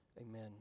Amen